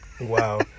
Wow